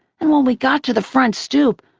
and when we got to the front stoop,